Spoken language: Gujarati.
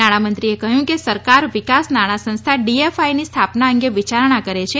નાણાંમંત્રીએ કહ્યું કે સરકાર વિકાસ નાણાં સંસ્થા ડીએફઆઇની સ્થાપના અંગે વિયારણા કરે છે